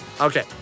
Okay